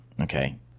okay